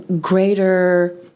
greater